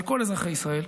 על כל אזרחי ישראל.